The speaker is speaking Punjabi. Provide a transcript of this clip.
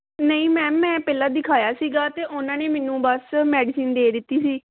ਨਹੀਂ ਮੈਮ ਮੈਂ ਪਹਿਲਾਂ ਦਿਖਾਇਆ ਸੀਗਾ ਅਤੇ ਉਹਨਾਂ ਨੇ ਮੈਨੂੰ ਬਸ ਮੈਡੀਸਨ ਦੇ ਦਿੱਤੀ ਸੀ